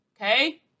Okay